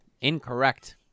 Incorrect